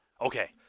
Okay